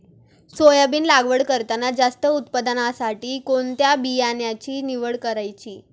Soybean लागवड करताना जास्त उत्पादनासाठी कोणत्या बियाण्याची निवड करायची?